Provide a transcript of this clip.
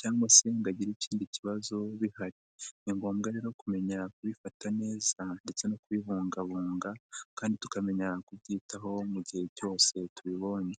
cyangwa se ngo agira ikindi kibazo bihari. Ni ngombwa no kumenyera kubifata neza ndetse no kubibungabunga, kandi tukamenya kubyitaho mu gihe cyose tubibonye.